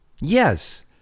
Yes